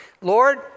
Lord